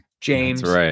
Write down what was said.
James